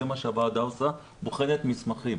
זה מה שהוועדה עושה, בוחנת מסמכים.